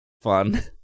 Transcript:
fun